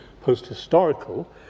post-historical